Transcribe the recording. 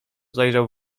zajrzał